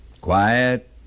quiet